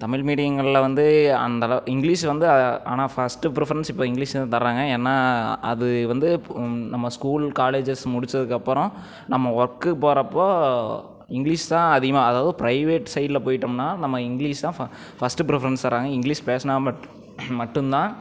தமிழ் மீடியாங்களில் வந்து அந்த இங்கிலீஷ் வந்து ஆனால் ஃபர்ஸ்ட் ப்ரிப்ஃபரன்ஸ் இப்போ இங்கிலீஷ் தான் தராங்க ஏன்னால் அது வந்து நம்ம ஸ்கூல் காலேஜஸ் முடித்ததுக்கு அப்புறம் நம்ம ஒர்க்கு போகிறப்போ இங்கிலீஷ் தான் அதிகமாக அதாவது ப்ரைவேட் சைடில் போய்விட்டோம்னா நம்ம இங்கிலீஷ் தான் ஃபர்ஸ்ட் ப்ரிப்ஃபரன்ஸ் தராங்க இங்கிலீஷ் பேசுனால் மட்டு மட்டும்தான்